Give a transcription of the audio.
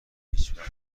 هیچوقت